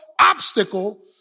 obstacle